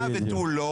זה מה